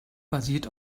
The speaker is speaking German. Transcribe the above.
basiert